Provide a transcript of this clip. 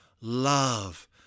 love